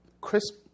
crisp